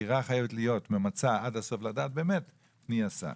החקירה חייבת להיות ממצה עד הסוף לדעת באמת מי עשה.